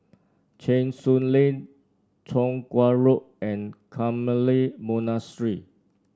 Cheng Soon Lane Chong Kuo Road and Carmelite Monastery